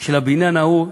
של הבניין ההוא,